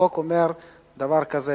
החוק אומר דבר כזה,